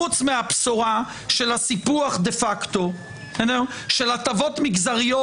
חוץ מהבשורה של הסיפוח דה-פאקטו של הטבות מגזריות